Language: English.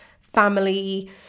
family